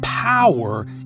Power